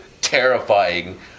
terrifying